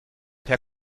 per